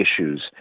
issues